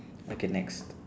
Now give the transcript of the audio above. okay next